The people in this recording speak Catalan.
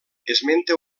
esmenta